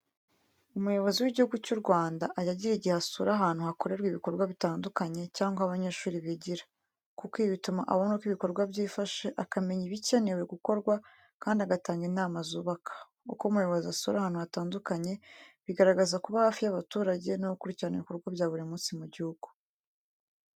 Umuyobozi w'igihugu cy'u Rwanda ajya agira igihe asura ahantu hakorerwa ibikorwa bitandukanye cyangwa aho abanyeshuri bigira, kuko ibi bituma abona uko ibikorwa byifashe, akamenya ibikenewe gukorwa, kandi agatanga inama zubaka. Uko umuyobozi asura ahantu hatandukanye, bigaragaza kuba hafi y'abaturage no gukurikirana ibikorwa bya buri munsi mu gihugu.